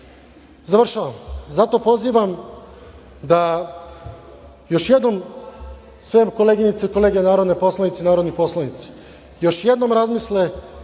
vreme. Završavam, zato pozivam da još jednom koleginice i kolege narodne poslanice i narodni poslanici još jednom razmisle,